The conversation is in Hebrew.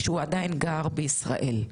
כשהוא עדיין גר בישראל.